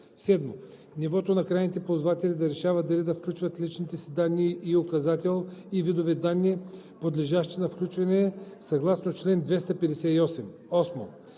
7. правото на крайните ползватели да решават дали да включат личните си данни в указател и видовете данни, подлежащи на включване съгласно чл. 258; 8.